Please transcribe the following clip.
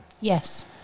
Yes